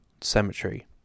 Cemetery